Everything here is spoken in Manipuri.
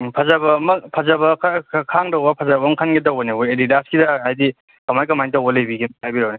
ꯐꯖꯕ ꯑꯃ ꯐꯖꯕ ꯈꯔ ꯈꯔ ꯈꯥꯡꯗꯧꯕ ꯐꯖꯕ ꯑꯃ ꯈꯟꯒꯦ ꯇꯧꯕꯅꯦꯕ ꯑꯦꯗꯤꯗꯥꯁꯀꯤꯗ ꯍꯥꯏꯗꯤ ꯀꯃꯥꯏꯅ ꯀꯃꯥꯏꯅ ꯇꯧꯕ ꯂꯩꯕꯤꯒꯦ ꯑꯝꯇ ꯍꯥꯏꯕꯤꯔꯛꯑꯣꯅꯦ